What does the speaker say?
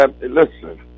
listen